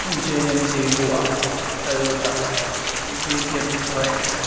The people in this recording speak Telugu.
జేఎంసి హువా టయోటా బిజెడ్ ఫోర్ ఎక్స్